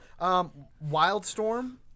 Wildstorm